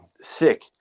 sick